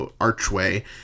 archway